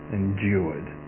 endured